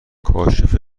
کاشف